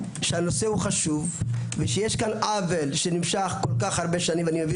שהנושא חשוב ושיש פה עוול שנמשך כל כך הרבה שנים ואני מבין